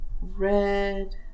Red